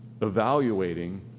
evaluating